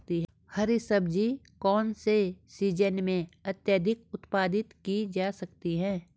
हरी सब्जी कौन से सीजन में अत्यधिक उत्पादित की जा सकती है?